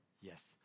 Yes